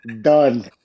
Done